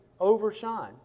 overshine